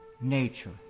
nature